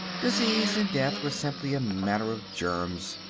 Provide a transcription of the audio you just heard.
disease and death were simply a matter of germs.